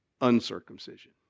uncircumcision